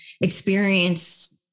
experience